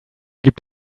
gibt